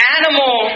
animal